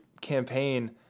campaign